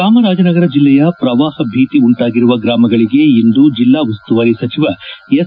ಚಾಮರಾಜನಗರ ಜಿಲ್ಲೆಯ ಪ್ರವಾಹ ಭೀತಿ ಉಂಟಾಗಿರುವ ಗ್ರಾಮಗಳಿಗೆ ಇಂದು ಜಿಲ್ಲಾ ಉಸ್ತುವಾರಿ ಸಚಿವ ಎಸ್